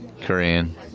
Korean